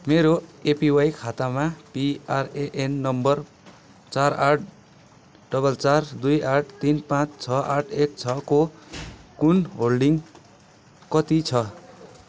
मेरो एपिवाई खातामा PRAN number चार आठ डबल चार दुई आठ तिन पाँच छ आठ एक छको कुल होल्डिङ कति छ